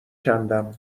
کندم